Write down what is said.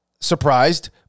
surprised